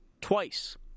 twice